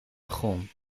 begon